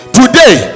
today